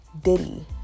diddy